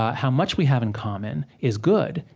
how much we have in common, is good.